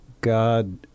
God